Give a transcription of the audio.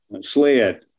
sled